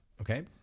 Okay